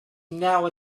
now